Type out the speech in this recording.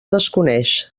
desconeix